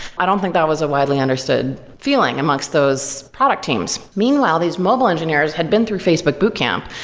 i don't think that was a widely understood feeling amongst those product teams. meanwhile, these mobile engineers had been through facebook boot camp,